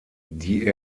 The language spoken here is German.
die